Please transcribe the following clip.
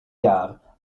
jahr